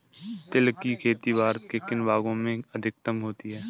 तिल की खेती भारत के किन भागों में अधिकतम होती है?